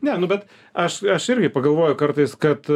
ne nu bet aš aš irgi pagalvoju kartais kad